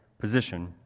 position